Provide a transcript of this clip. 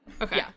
Okay